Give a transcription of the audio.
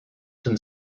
can